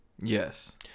Yes